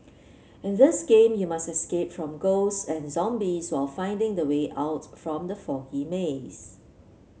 in this game you must escape from ghosts and zombies while finding the way out from the foggy maze